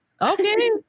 Okay